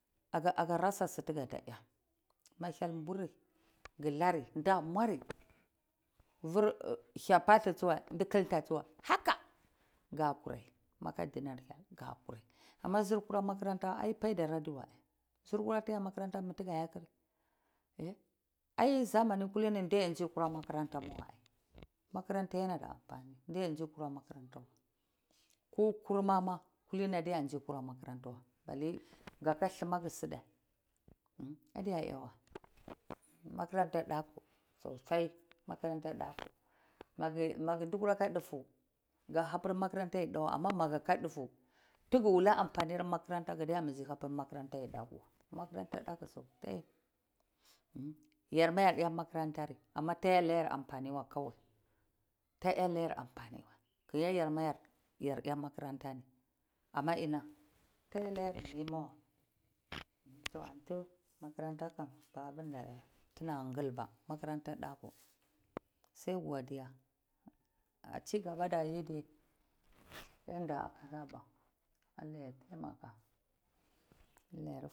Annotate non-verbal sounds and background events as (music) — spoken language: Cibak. Ah-ahga rasa suti gadaya ma hyel mburi gilani adamuari hya palu tsuwai ndi kilta tsuwai hatsa ga kurai aka dinar hyel ga kurai ama jir kura aka makaranta ai paidar adiwai zir kura ta ya makaranta mitigaya kiri ai zamani kulini ndazi kura ka makaranta ma wai makaranta yana da ampani ndai mdi kure makaranta wai ko kuma ma kulini ndai ndzi kura makaranta wai bale gaka lima geh sideh (hesitation) adiyayawai makaranta daku sosai makaranta daku mage ndikura aka dufe gha hapir makaranta ai dawa ama ma gi de aka dufu tige wula ampanin makaratanta ga ha pir makaranta ai daku wai makaranta daku sosai yarma yar ya makarantari ama taya layar mapani wai ama ina taiya layar mime wai toh antu makaranta kam tina ngilba makaranta daku sai godiya acigaba dayide allah ya taimaka.